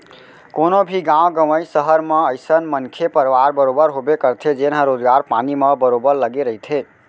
कोनो भी गाँव गंवई, सहर म अइसन मनखे परवार बरोबर होबे करथे जेनहा रोजगार पानी म बरोबर लगे रहिथे